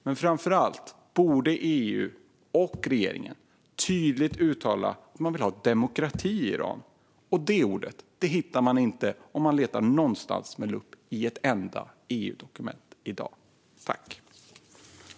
Men framför allt borde EU och regeringen tydligt uttala att man vill ha demokrati i Iran. Det ordet hittar man inte någonstans i något enda EU-dokument i dag ens om man letar med lupp.